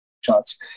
shots